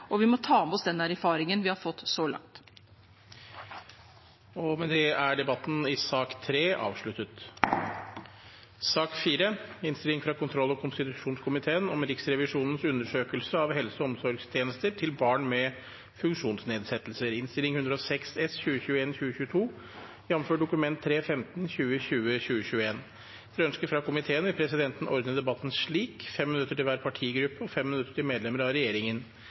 tjenester. Vi må lytte til fagfolkene, vi må lytte til brukerne, og vi må ta med oss den erfaringen vi har fått så langt. Flere har ikke bedt om ordet til sak nr. 3. Etter ønske fra komiteen vil presidenten ordne debatten slik: 5 minutter til hver partigruppe og 5 minutter til medlemmer av regjeringen.